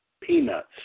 peanuts